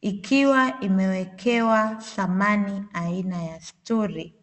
ikiwa imewekewa samani aina ya stuli